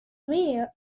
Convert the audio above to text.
mayor